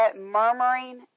murmuring